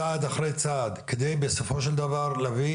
צעד אחרי צעד על מנת שבסופו של דבר להביא